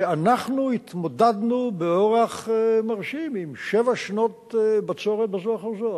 שאנחנו התמודדנו באורח מרשים עם שבע שנות בצורת בזו אחר זו.